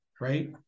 right